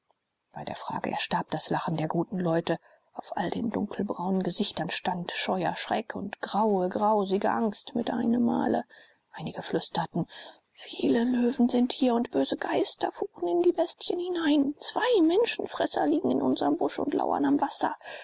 bei der frage erstarb das lachen der guten leute auf all den dunkelbraunen gesichtern stand scheuer schreck und graue grausige angst mit einem male einige flüsterten viele löwen sind hier und böse geister fuhren in die bestien hinein zwei menschenfresser liegen in unsrem busch und lauern am wasser